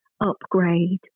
upgrade